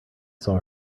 saw